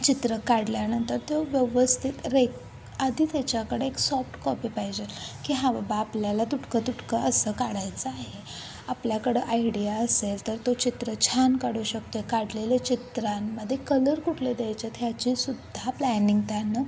चित्र काढल्यानंतर तो व्यवस्थित रे आधी त्याच्याकडे एक सॉफ्ट कॉपी पाहिजेल की हां बाबा आपल्याला तुटकं तुटकं असं काढायचं आहे आपल्याकडं आयडिया असेल तर तो चित्र छान काढू शकतो काढलेले चित्रांमध्ये कलर कुठले द्यायचे आहेत ह्याची सुद्धा प्लॅनिंग त्यानं